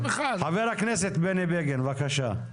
חבר הכנסת בני בגין בבקשה.